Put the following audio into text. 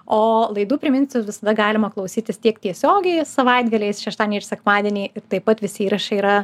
o laidų priminsiu visada galima klausytis tiek tiesiogiai savaitgaliais šeštadienį ir sekmadienį ir taip pat visi įrašai yra